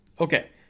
Okay